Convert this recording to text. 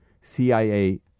CIA